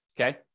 Okay